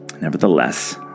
Nevertheless